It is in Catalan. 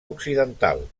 occidental